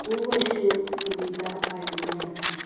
खूब अशो सुविधा काडिल्ल्यो आसात